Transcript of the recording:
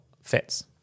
fits